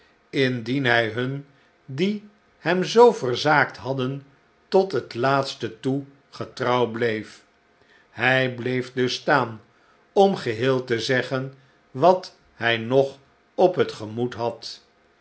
indien hij hun die hem zoo verzaakt hadden tot het laatste toe getrouw bleef hij bleef dus staan om geheel te zeggen wat hij nog op het gemoed had